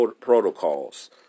protocols